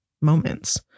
moments